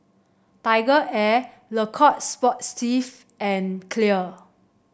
TigerAir Le Coq Sportif and Clear